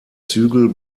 zügel